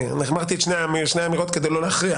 אמרתי את שתי האמירות כדי לא להכריע